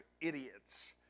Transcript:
idiots